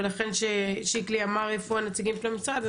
ולכן שיקלי אמר איפה הנציגים של המשרד,